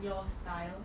your style